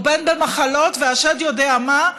או בין במחלות והשד יודע מה,